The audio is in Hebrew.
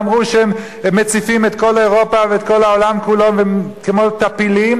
ואמרו שהם מציפים את כל אירופה ואת כל העולם כולו כמו טפילים,